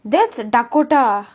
that's dakota